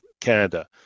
Canada